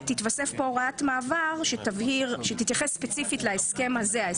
תתווסף פה הוראת מעבר שתתייחס ספציפית להסכם הזה: תשלום